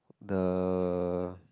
the